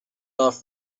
off